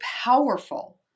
powerful